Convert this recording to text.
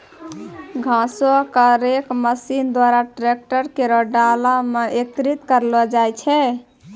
घासो क rake machine द्वारा ट्रैकर केरो डाला म एकत्रित करलो जाय छै